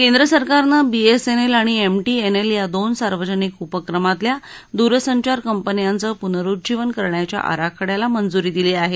केंद्र सरकारनं B S N L आणि एम टी एन एल या दोन सार्वजनिक उपक्रमातल्या दूरसंचार कंपन्यांचं पुनरुज्जीवन करण्याच्या आराखड्याला मंजुरी दिली आहे